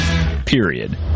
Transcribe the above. Period